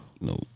no